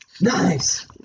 Nice